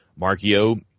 Markio